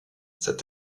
cette